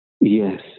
Yes